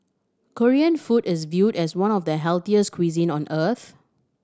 Korean food is viewed as one of the healthiest cuisine on earth